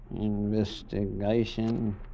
Investigation